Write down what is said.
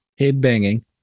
headbanging